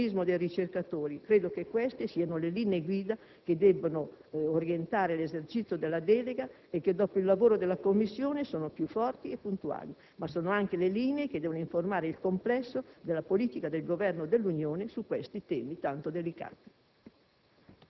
protagonismo dei ricercatori: credo che queste siano le linee guida che debbono orientare l'esercizio della delega e che, dopo il lavoro della Commissione, sono più forti e puntuali. Ma sono anche le linee che devono informare il complesso della politica del Governo dell'Unione su questi temi tanto delicati.